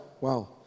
wow